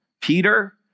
Peter